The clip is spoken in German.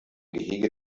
gehege